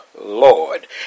Lord